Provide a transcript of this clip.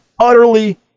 utterly